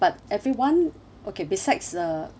but everyone okay besides the